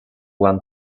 one